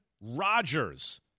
Rodgers